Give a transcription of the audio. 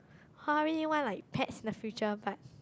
[wah] I really want like pets in the future but